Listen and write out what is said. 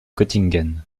göttingen